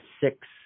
six